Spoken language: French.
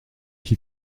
qui